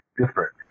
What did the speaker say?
different